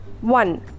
one